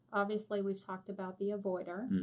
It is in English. obviously, we've talked about the avoider.